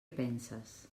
penses